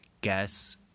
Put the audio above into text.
guess